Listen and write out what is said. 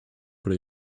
but